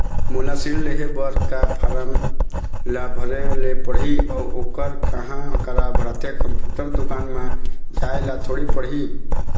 मोला ऋण लेहे बर का फार्म ला भरे ले पड़ही अऊ ओहर कहा करा भराथे, कंप्यूटर दुकान मा जाए ला थोड़ी पड़ही?